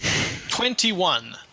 Twenty-one